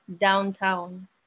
downtown